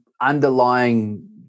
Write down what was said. underlying